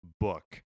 book